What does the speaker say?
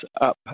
up